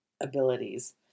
abilities